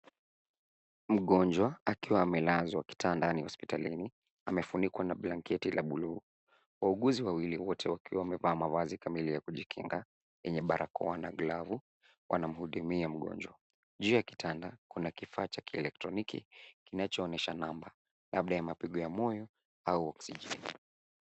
Mgonjwa, akiwa amelazwa kitandani hospitalini, amefunikwa na blanketi la buluu. Wauguzi wawili wote wakiwa wamevaa mavazi kama ile ya kujikinga, enye barakoa na glavu wanamhudumia mgonjwa. Juu ya kitanda, kuna kifaa cha kielektroniki kinachoonyesha namba, labda ya mapigo ya moyo au oksijeni.